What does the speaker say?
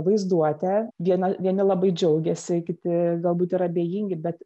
vaizduotę viena vieni labai džiaugiasi kiti galbūt yra abejingi bet